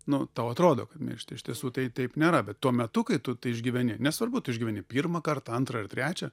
nu tau atrodo kad miršti iš tiesų tai taip nėra bet tuo metu kai tu tai išgyveni nesvarbu tu išgyveni pirmą kartą antrą ar trečią